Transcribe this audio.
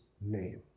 name